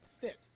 fit